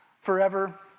forever